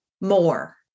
more